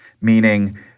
meaning